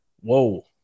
Whoa